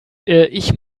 ich